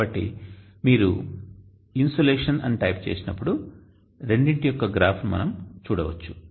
కాబట్టి మీరు ఇన్సోలేషన్ అని టైప్ చేసినప్పుడు రెండింటి యొక్క గ్రాఫ్ను మనము చూడవచ్చు